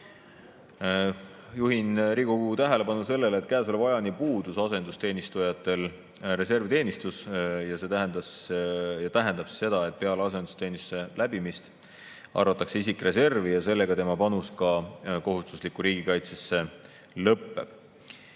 Juhin Riigikogu tähelepanu sellele, et käesoleva ajani on asendusteenistujatel puudunud reservteenistus. See tähendas ja tähendab seda, et peale asendusteenistuse läbimist arvatakse isik reservi ja sellega tema panus kohustuslikku riigikaitsesse lõpeb.